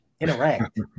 interact